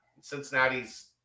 Cincinnati's